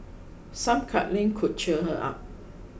some cuddling could cheer her up